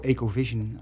Ecovision